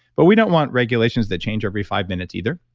but we don't want regulations that change every five minutes either.